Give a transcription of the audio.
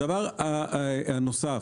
דבר נוסף,